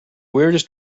weirdest